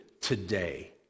today